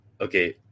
Okay